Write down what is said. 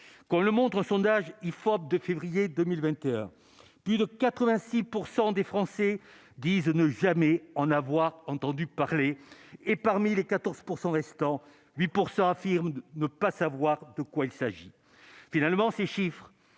comme le montre un sondage IFOP, de février 2021 plus de 86 % des Français disent ne jamais en avoir entendu parler et parmi les 14 % restants 8 % affirment ne pas savoir de quoi il s'agit finalement ces chiffres